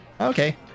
Okay